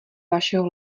vašeho